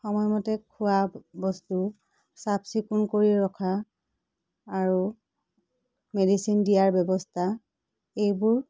সময়মতে খোৱা বস্তু চাফচিকুণ কৰি ৰখা আৰু মেডিচিন দিয়াৰ ব্যৱস্থা এইবোৰ